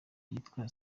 yitwa